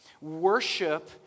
worship